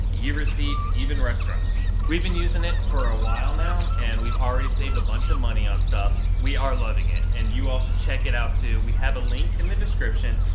receipts, even restaurants. we've been using it for a while now and we've already saved a bunch of money on stuff. we are loving it and you all should check it out too. we have a link in the description.